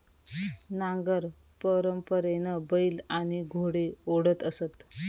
नांगर परंपरेने बैल आणि घोडे ओढत असत